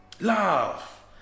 Love